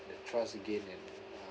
the trust again and uh